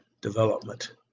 development